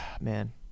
man